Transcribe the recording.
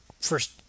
first